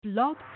Blog